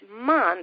month